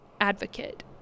advocate